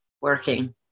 working